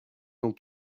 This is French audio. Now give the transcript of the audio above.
dans